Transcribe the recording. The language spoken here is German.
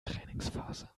trainingsphase